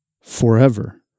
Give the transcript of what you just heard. forever